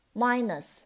minus